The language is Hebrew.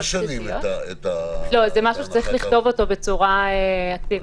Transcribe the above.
אנחנו לא משנים את --- זה משהו שצריך לכתוב בצורה אקטיבית.